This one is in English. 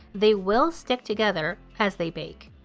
they will stick together as they bake.